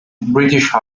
british